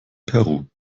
peru